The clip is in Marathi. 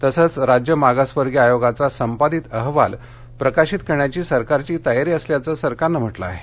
तसंच राज्य मागासवर्गीय आयोगाचा संपादित अहवाल प्रसिद्ध करण्याची सरकारची तयारी असल्याचं सरकारनं म्हटलं आहे